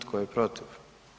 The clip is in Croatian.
Tko je protiv?